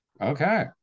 Okay